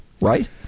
right